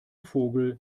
vogel